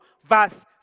verse